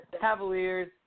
Cavaliers